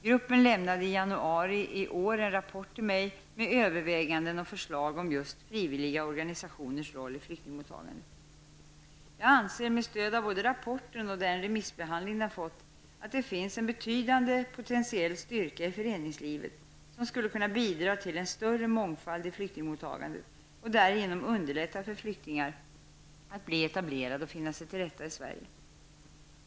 Gruppen lämnade i januari i år en rapport till mig med överväganden och förslag om just frivilliga organisationers roll i flyktingmottagandet. Jag anser, med stöd av både rapporten och den remissbehandling den fått, att det finns en betydande potentiell styrka i föreningslivet som skulle kunna bidra till en större mångfald i flyktingmottagandet och därigenom underlätta för flyktingar att bli etablerade och finna sig till rätta i Sverige.